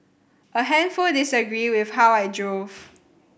a handful disagreed with how I drove